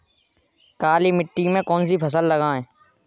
काली मिट्टी में कौन सी फसल लगाएँ?